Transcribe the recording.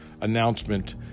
announcement